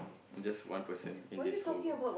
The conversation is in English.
I'm just one person in this whole world